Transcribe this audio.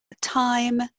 time